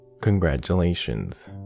Congratulations